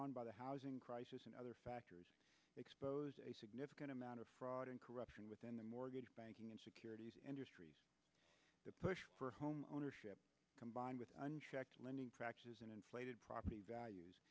on by the housing crisis and other factors expose a significant amount of fraud and corruption within the mortgage banking and securities industry the push for home ownership combined with unchecked lending practices and inflated property values